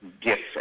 gifts